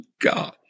God